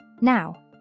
Now